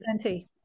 plenty